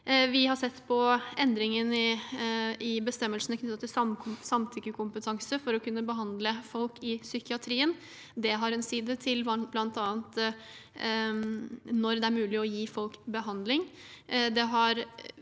Vi har sett på endringer i bestemmelsene knyttet til samtykkekompetanse for å kunne behandle folk i psykiatrien. Det har bl.a. en side med hensyn til når det er mulig å gi folk behandling.